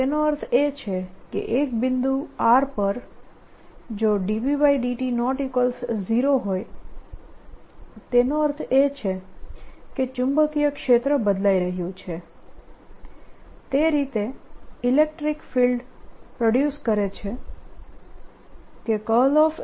તેનો અર્થ એ કે એક બિંદુ r પર જો ∂B∂t0 હોય તેનો અર્થ એ છે કે ચુંબકીય ક્ષેત્ર બદલાઈ રહ્યું છે તે એ રીતે ઇલેક્ટ્રીક ફિલ્ડ પ્રોડ્યુસ કરે છે કે ∂B∂t થશે